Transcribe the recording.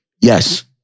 Yes